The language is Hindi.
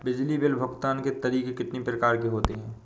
बिजली बिल भुगतान के तरीके कितनी प्रकार के होते हैं?